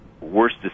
worst